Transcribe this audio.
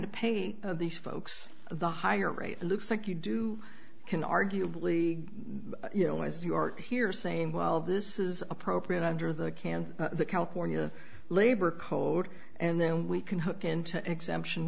to pay these folks the higher rate looks like you do can arguably you know as your here saying well this is appropriate under the can california labor code and then we can hook into exemption